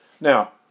Now